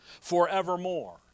forevermore